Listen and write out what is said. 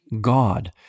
God